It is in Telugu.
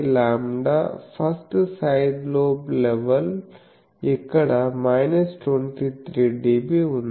8aλ first side lobe level ఇక్కడ 23dB ఉంది